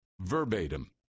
verbatim